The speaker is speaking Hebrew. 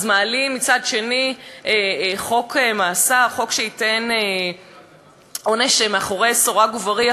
אז מעלים מצד שני חוק מאסר שייתן עונש מאחורי סורג ובריח?